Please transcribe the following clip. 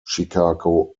chicago